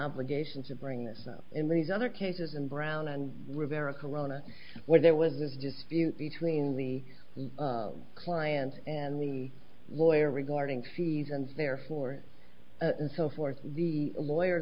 obligation to bring this up in rees other cases and brown and rivera corona were there with just between the clients and the lawyer regarding fees and therefore and so forth the lawyer